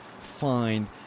find